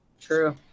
True